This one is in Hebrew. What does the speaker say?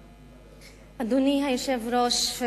1289,